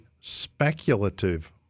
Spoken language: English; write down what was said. speculative